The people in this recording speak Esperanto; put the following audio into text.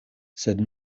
sed